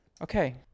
Okay